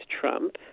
Trump